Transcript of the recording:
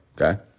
okay